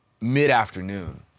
mid-afternoon